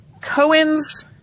Cohen's